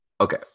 Okay